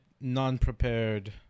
non-prepared